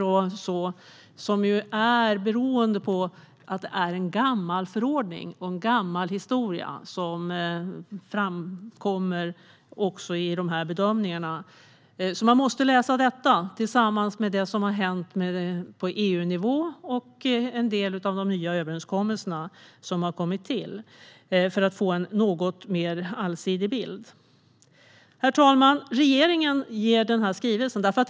Det beror på att det handlar om en gammal förordning och en gammal historia, vilket framkommer i dessa bedömningar. För att få en något mer allsidig bild måste man läsa detta tillsammans med vad som har hänt på EU-nivå och tillsammans med en del av de nya överenskommelser som har tillkommit. Herr talman!